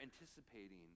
anticipating